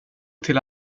till